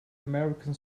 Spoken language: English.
american